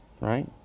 Right